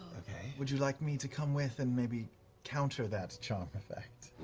would you like me to come with and maybe counter that charm effect?